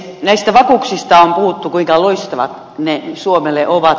näistä vakuuksista on puhuttu kuinka loistavat ne suomelle ovat